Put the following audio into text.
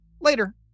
Later